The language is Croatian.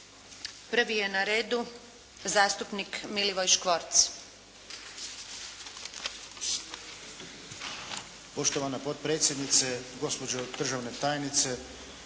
Prvi je na redu zastupnik Milivoj Škvorc.